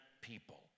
people